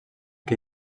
que